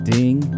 Ding